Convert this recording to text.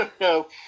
no